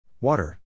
Water